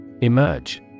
Emerge